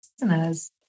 listeners